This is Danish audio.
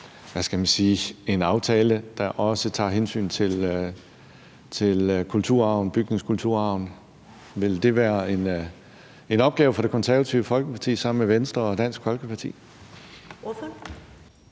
hvad skal man sige – en aftale, der også tager hensyn til kulturarven, bygningskulturarven. Vil det være en opgave for Det Konservative Folkeparti sammen med Venstre og Dansk Folkeparti?